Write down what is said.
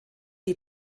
die